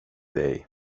dig